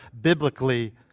biblically